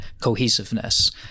cohesiveness